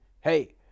hey